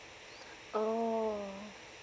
oh